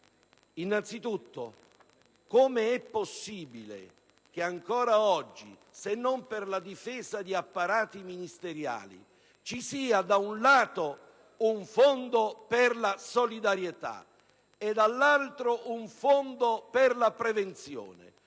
Innanzitutto, come è possibile che ancora oggi (se non per la difesa di apparati ministeriali) ci sia da un lato un Fondo di solidarietà e dall'altro un Fondo per la prevenzione,